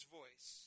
voice